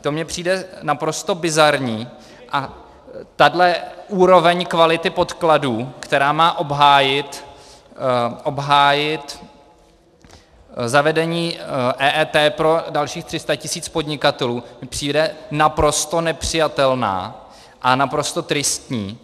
To mně přijde naprosto bizarní a tahle úroveň kvality podkladů, která má obhájit zavedení EET pro dalších 300 tisíc podnikatelů, mi přijde naprosto nepřijatelná a naprosto tristní.